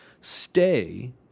stay